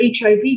HIV